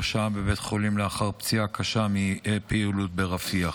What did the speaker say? שהה בבית חולים לאחר פציעה קשה מפעילות ברפיח.